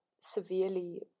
severely